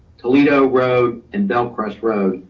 toledo road and bellcrest road.